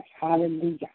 Hallelujah